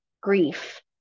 grief